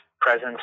presence